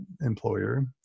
employer